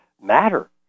matter